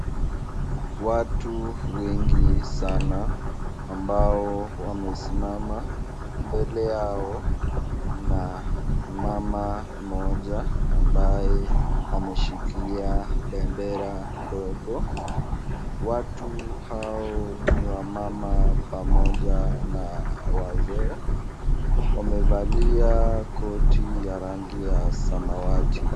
Watu wengi sana ambao wamesimama mbele yao na mama mmoja ambaye ameshikilia bendera ndogo. Watu hao ni wamama pamoja na wazee. Wamevalia koti ya rangi ya samawati.